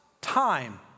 time